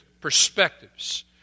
perspectives